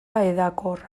hedakorra